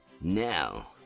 Now